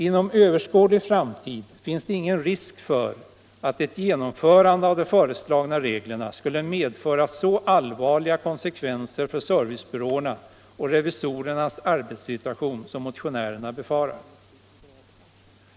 Inom överskådlig framtid finns det ingen risk för att ett genomförande av de föreslagna reglerna skulle medföra så allvarliga konsekvenser för servicebyråernas och revisorernas arbetssituation som motionärerna befarar.